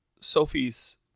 Sophie's